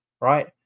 right